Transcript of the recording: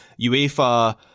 UEFA